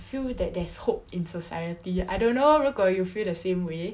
feel that there's hope in society I don't know 如果 you feel the same way